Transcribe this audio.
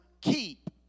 keep